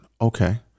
Okay